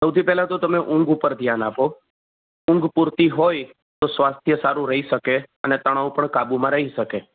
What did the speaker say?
સૌથી પહેલા તો તમે ઊંઘ ઉપર ધ્યાન આપો ઊંઘ પૂરતી હોય તો સ્વાસ્થ્ય સારું રહી શકે અને તણાવ પણ કાબૂમાં રહી શકે